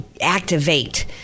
activate